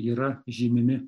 yra žymimi